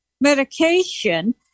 medication